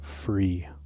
free